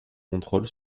contrôle